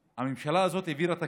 הממשלה הזאת העבירה תקציב,